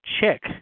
check